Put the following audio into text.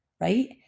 right